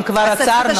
אם כבר עצרנו,